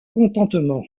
contentement